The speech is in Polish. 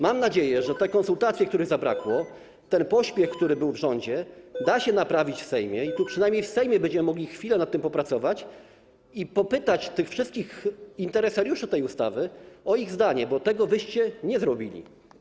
Mam nadzieję, że jeśli chodzi o te konsultacje, których zabrakło, ten pośpiech, który był w rządzie, da się to naprawić w Sejmie i przynajmniej w Sejmie będziemy mogli chwilę nad tym popracować i popytać wszystkich interesariuszy tej ustawy o ich zdanie, bo tego wyście nie zrobili.